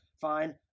fine